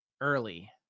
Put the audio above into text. early